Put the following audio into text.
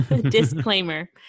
disclaimer